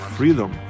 Freedom